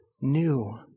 new